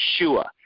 Yeshua